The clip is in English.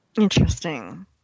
Interesting